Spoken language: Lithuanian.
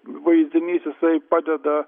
vaizdinys jisai padeda